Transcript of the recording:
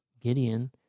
Gideon